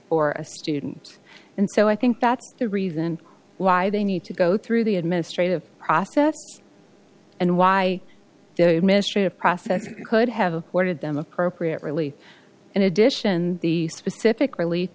for a student and so i think that's the reason why they need to go through the administrative process and why the ministry of process could have afforded them appropriate relief in addition the specific relief